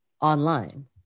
online